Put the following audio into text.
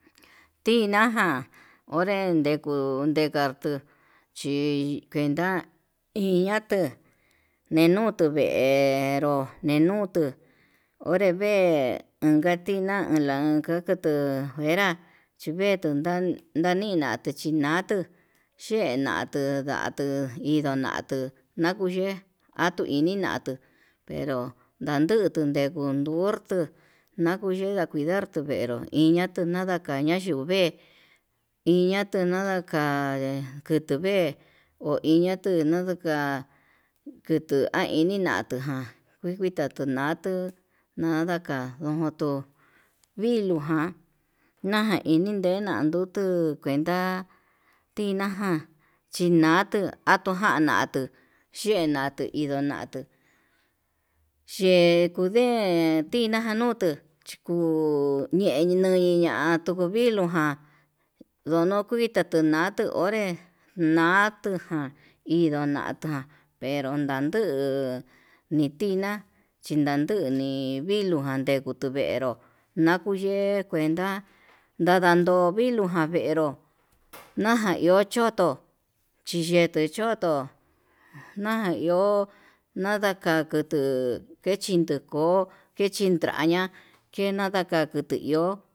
Tana jan onre nduku ndikandu, chi kuenta iñatuu nenutu venru ninutu onre vee inka tiná ulan kukutuu, fuera chivendun ta'án ndanina chí tinatuu yee natuu ndatuu indo atuu nakuye atuu ini natuu pero ndajundu nejundu, korto nakuye nakuu, ndartuvenro iin ñatuu nadaka ña'a yuu vee iñatu nadaka ke kundu vee ho iñatu nduku ka'a kutu ha ini natuján, njuita tunatu andakan ndo'o viluu ján najan ininde nandutu, ndenta tiná ján chinatu atuu na jatuu xhenatu indonatu, yen kunden tiná nutuu chiku ñeuñai hí ña'a tukuu viluu ján, ndonokui tutenatuu onré natujan indonata pero nganduu ni'í tiná chinanduni viluu jan ndikituvenró nakuyee kuenta, ndadando viluu ján venró naja iho choto xhiyete choto naja iho nadaka kutuu kechin ndoko'ó kechintraña kena ndaka kutu ihó.